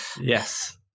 Yes